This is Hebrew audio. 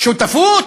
שותפות?